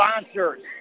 sponsors